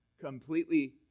completely